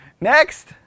next